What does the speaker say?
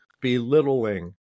belittling